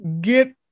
Get